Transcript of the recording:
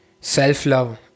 self-love